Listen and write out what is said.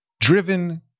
driven